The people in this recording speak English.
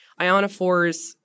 Ionophores